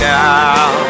now